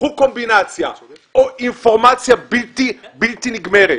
קחו קומבינציה או אינפורמציה בלתי נגמרת,